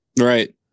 Right